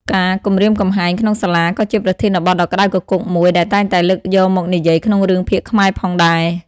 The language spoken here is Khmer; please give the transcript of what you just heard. ការគំរាមកំហែង ក្នុងសាលា ក៏ជាប្រធានបទដ៏ក្ដៅគគុកមួយដែលតែងតែលើកយកមកនិយាយក្នុងរឿងភាគខ្មែរផងដែរ។